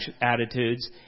attitudes